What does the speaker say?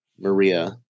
Maria